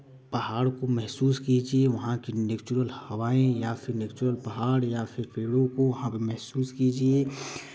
पहाड़ को महसूस कीजिए वहाँ के नेचुरल हवाएं या फिर नेचुरल पहाड़ या फिर पेड़ों को वहाँ पर महसूस कीजिए